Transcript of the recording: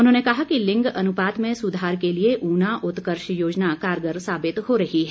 उन्होंने कहा कि लिंग अनुपात में सुधार के लिए ऊना उत्कर्ष योजना कारगर साबित हो रही है